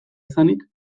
izanik